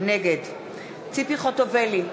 נגד ציפי חוטובלי,